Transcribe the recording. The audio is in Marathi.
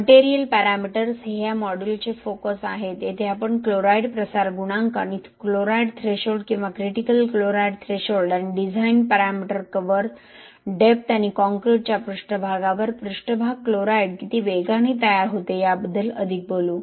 मटेरियल पॅरामीटर्स हे या मॉड्यूलचे फोकस आहेत येथे आपण क्लोराईड प्रसार गुणांक आणि क्लोराईड थ्रेशोल्ड किंवा क्रिटिकल क्लोराईड थ्रेशोल्ड आणि डिझाइन पॅरामीटर्स कव्हर डेप्थ आणि कॉंक्रिटच्या पृष्ठभागावर पृष्ठभाग क्लोराईड किती वेगाने तयार होते याबद्दल अधिक बोलू